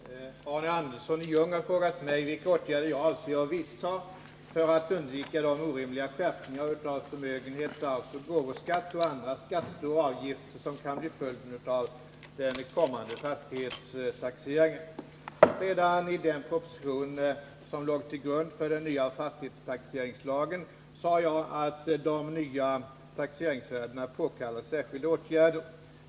Herr talman! Arne Andersson i Ljung har frågat mig vilka åtgärder jag avser vidtaga för att undvika de orimliga skärpningar av förmögenhetsskatt, arvsoch gåvoskatt och andra skatter och avgifter som kan bli följden av den kommande fastighetstaxeringen. Redan i den proposition som låg till grund för den nya fastighetstaxeringslagen sade jag att de nya taxeringsvärdena påkallar särskilda åtgärder.